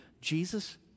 Jesus